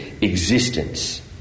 existence